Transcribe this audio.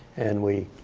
and we